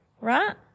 Right